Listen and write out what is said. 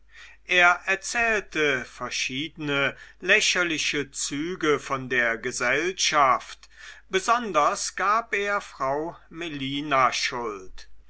er erzählte verschiedene lächerliche züge von der gesellschaft besonders gab er frau melina schuld